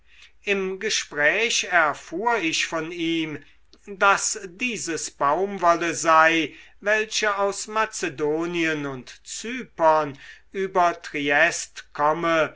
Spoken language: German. im gespräch erfuhr ich von ihm daß dieses baumwolle sei welche aus mazedonien und cypern über triest komme